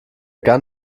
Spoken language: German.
gar